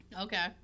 Okay